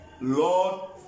lord